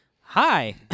Hi